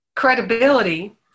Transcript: credibility